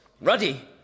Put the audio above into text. ruddy